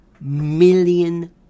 million